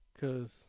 Cause